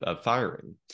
firing